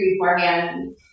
beforehand